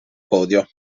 podio